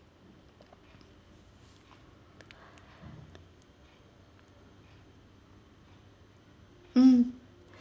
mm